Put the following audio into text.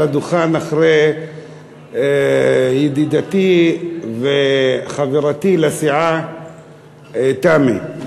הדוכן אחרי ידידתי וחברתי לסיעה תמי.